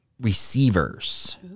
receivers